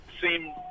seem